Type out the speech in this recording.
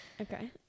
Okay